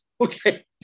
Okay